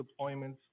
deployments